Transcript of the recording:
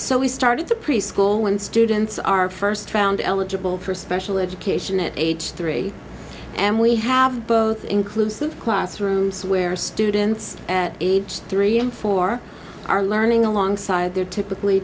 so we started the preschool when students are first found eligible for special education at age three and we have both inclusive classrooms where students at age three and four are learning alongside their typically